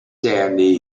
sandy